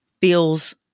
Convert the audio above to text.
feels